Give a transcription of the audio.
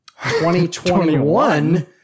2021